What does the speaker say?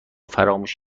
فراموش